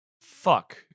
fuck